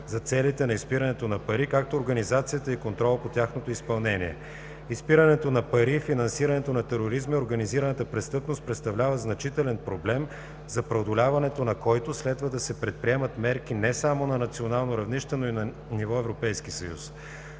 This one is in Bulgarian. за целите на изпирането на пари, както организацията и контролът по тяхното изпълнение. Изпирането на пари, финансирането на тероризма и организираната престъпност представляват значителен проблем, за преодоляването на който следва да се предприемат мерки не само на национално равнище, но и на ниво Европейски съюз.